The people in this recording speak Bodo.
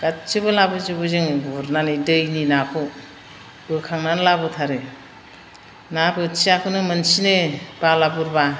गासैबो लाबोजोबो जों गुरनानै दैनि नाखौ बोखांनानै लाबोथारो ना बोथियाखौनो मोनसिनो बाला बुरब्ला